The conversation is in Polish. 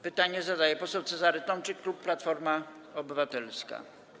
Pytanie zadaje poseł Cezary Tomczyk, klub Platforma Obywatelska.